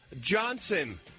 Johnson